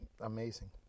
amazing